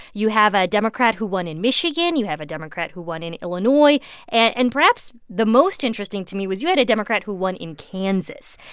you have a democrat who won in michigan. you have a democrat who won in illinois and perhaps the most interesting to me was you had a democrat who won in kansas.